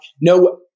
No